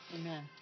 Amen